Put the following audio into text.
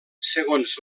segons